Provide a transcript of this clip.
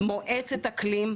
מועצת אקלים,